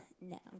no